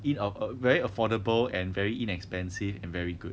inaff~ very affordable and very inexpensive and very good